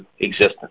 existence